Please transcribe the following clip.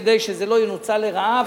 כדי שזה לא ינוצל לרעה,